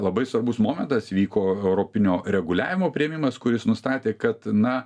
labai svarbus momentas vyko europinio reguliavimo priėmimas kuris nustatė kad na